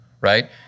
right